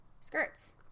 skirts